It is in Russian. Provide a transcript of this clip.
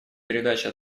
передача